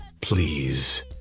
Please